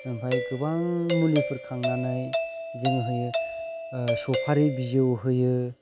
आमफ्राय गोबां मुलिफोर खांनानै जों होयो सफारि बिजौ होयो